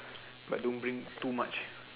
but don't bring too much